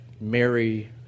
Mary